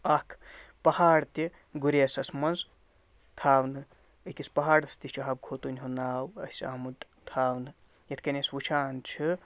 اَکھ پہاڑ تہِ گُریسَس منٛز تھاونہٕ أکِس پہاڑَس تہِ چھِ حبہٕ خوتوٗنۍ ہُنٛد ناو اَسہِ آمُت تھاونہٕ یِتھ کٔنۍ أسۍ وٕچھان چھِ